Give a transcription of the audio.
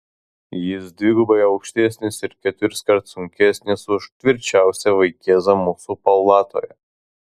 jis dvigubai aukštesnis ir keturiskart sunkesnis už tvirčiausią vaikėzą mūsų palatoje